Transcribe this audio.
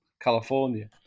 California